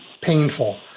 painful